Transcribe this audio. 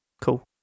Cool